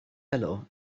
helo